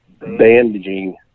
bandaging